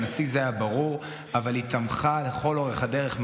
הנשיא, זה היה ברור, אבל היא תמכה לכל אורך הדרך.